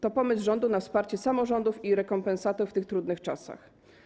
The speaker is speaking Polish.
To pomysł rządu na wsparcie samorządów i rekompensatę w tych trudnych czasach.